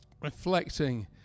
reflecting